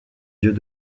dieux